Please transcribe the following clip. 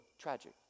Tragic